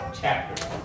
chapter